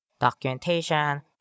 documentation